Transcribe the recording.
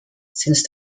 since